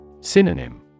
Synonym